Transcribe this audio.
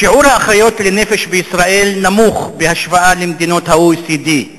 שיעור האחיות לנפש בישראל נמוך בהשוואה למדינות ה-OECD,